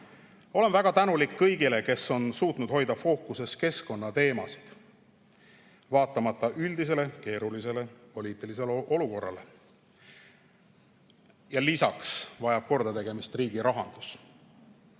Olen väga tänulik kõigile, kes on suutnud hoida fookuses keskkonnateemasid, vaatamata üldisele keerulisele poliitilisele olukorrale. Lisaks vajab kordategemist riigi rahandus,